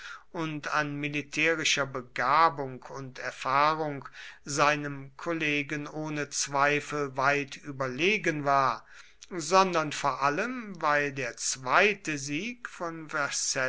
und an militärischer begabung und erfahrung seinem kollegen ohne zweifel weit überlegen war sondern vor allem weil der zweite sieg von